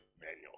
manual